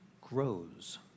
grows